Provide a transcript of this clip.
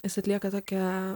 is atlieka tokią